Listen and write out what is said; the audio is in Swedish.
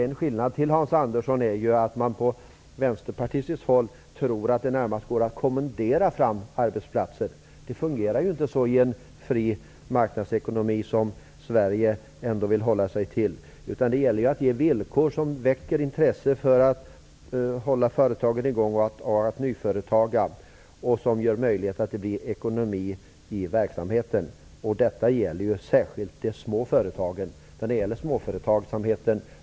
En ytterligare skillnad är att man från Vänsterpartiet tror att det går att närmast kommendera fram arbetsplatser. Så fungerar det inte i en fri marknadsekonomi, som Sverige vill hålla sig till. Det gäller att ge sådana villkor som väcker intresse för att hålla företagen i gång och för nyföretagande och som gör det möjligt att skapa en ekonomi i verksamheten. Detta gäller ju särskilt för småföretagsamheten.